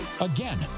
Again